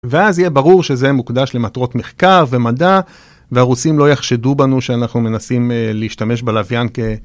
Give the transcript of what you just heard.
ואז יהיה ברור שזה מוקדש למטרות מחקר ומדע והרוסים לא יחשדו בנו שאנחנו מנסים להשתמש בלווין כ...